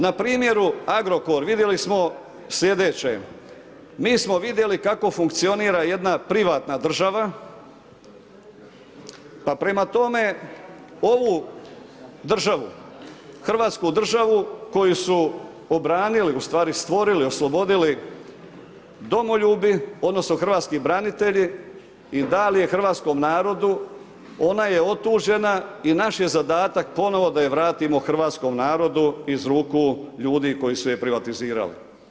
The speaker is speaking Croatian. Na primjeru Agrokor vidjeli smo sljedeće, mi smo vidjeli kako funkcionira jedna privatna država pa prema tome ovu državu, Hrvatsku državu koju su obranili, ustvari stvorili, oslobodili domoljubi, odnosno hrvatski branitelji i dali je hrvatskom narodu, ona je otuđena i naš je zadatak ponovo da je vratimo hrvatskom narodu iz ruku ljudi koji su je privatizirali.